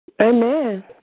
Amen